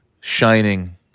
Shining